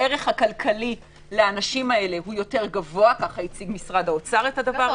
הערך הכלכלי לאנשים האלה הוא יותר גבוה כך הציג משרד האוצר את זה.